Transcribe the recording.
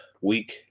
week